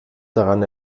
daran